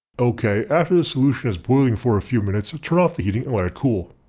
okay after the solution is boiling for a few minutes turn off the heating and let it cool.